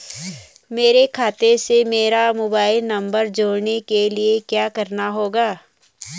मेरे खाते से मेरा मोबाइल नम्बर जोड़ने के लिये क्या करना होगा?